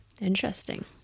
Interesting